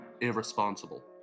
irresponsible